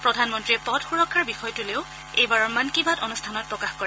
প্ৰধানমন্ত্ৰীয়ে পথ সূৰক্ষাৰ বিষয়টোলৈও এইবাৰৰ মন কী বাত অনুষ্ঠানত প্ৰকাশ কৰে